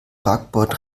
backbord